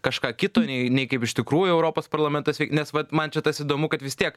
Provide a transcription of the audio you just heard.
kažką kito nei kaip iš tikrųjų europos parlamentas veikia nes vat man čia tas įdomu kad vis tiek